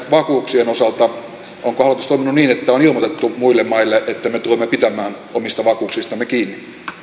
vakuuksien osalta niin että on ilmoitettu muille maille että me tulemme pitämään omista vakuuksistamme kiinni